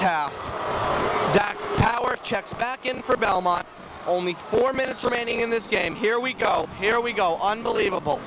belmont only four minutes remaining in this game here we go here we go unbelievable